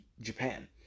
Japan